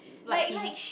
like him